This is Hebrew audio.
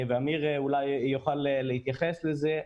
ואמיר אולי יוכל להתייחס לזה.